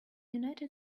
united